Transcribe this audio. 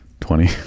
twenty